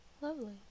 Lovely